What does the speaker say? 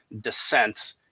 dissent